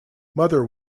mother